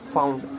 Found